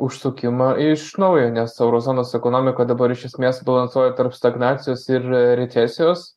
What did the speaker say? užsukimą iš naujo nes euro zonos ekonomika dabar iš esmės balansuoja tarp stagnacijos ir recesijos